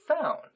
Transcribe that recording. found